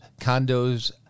condos